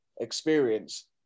experience